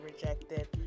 rejected